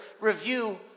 review